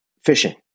fishing